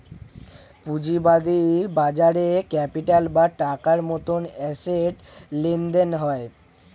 পুঁজিবাদী বাজারে ক্যাপিটাল বা টাকার মতন অ্যাসেট লেনদেন হয়